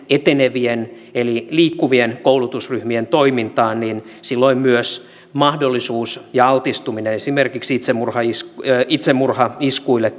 etenevien eli liikkuvien koulutusryhmien toimintaan niin silloin myös mahdollisuus ja altistuminen esimerkiksi itsemurhaiskuille itsemurhaiskuille